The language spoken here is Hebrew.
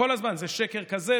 כל הזמן זה שקר כזה,